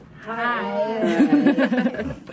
Hi